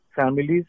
families